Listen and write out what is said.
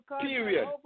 period